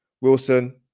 Wilson